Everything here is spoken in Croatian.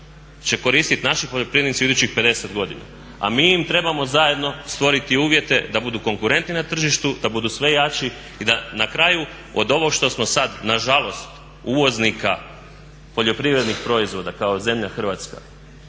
će koristiti naši poljoprivrednici u idućih 50 godina a mi im trebamo zajedno stvoriti uvjete da budu konkurentni na tržištu, da budu sve jači i da na kraju od ovog što smo sada nažalost uvoznika poljoprivrednih proizvoda kao zemlja Hrvatska,